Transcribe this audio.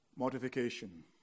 mortification